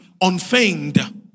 unfeigned